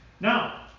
Now